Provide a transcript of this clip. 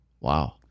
Wow